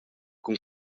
cun